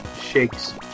shakes